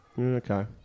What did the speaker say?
Okay